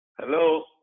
Hello